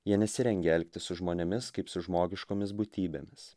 jie nesirengia elgtis su žmonėmis kaip su žmogiškomis būtybėmis